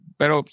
pero